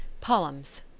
Poems